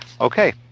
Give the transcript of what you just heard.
Okay